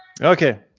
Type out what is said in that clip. Okay